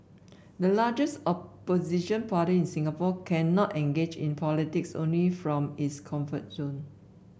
the largest opposition party in Singapore cannot engage in politics only from its comfort zone